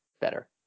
better